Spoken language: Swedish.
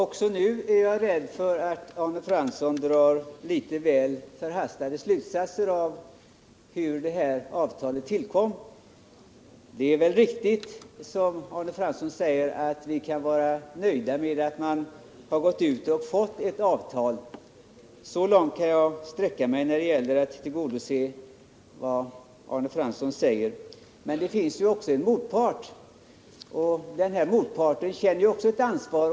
Herr talman! Jag är rädd att Arne Fransson även nu drar litet väl förhastade slutsatser av tillkomsten av detta avtal. Det är väl riktigt som Arne Fransson säger att vi bör vara nöjda med att man kunnat teckna ett avtal. Så långt kan jag sträcka mig. Men det finns ju också en motpart, och även motparten känner ett ansvar.